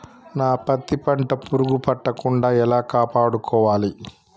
నా పత్తి పంట పురుగు పట్టకుండా ఎలా కాపాడుకోవాలి?